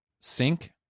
sink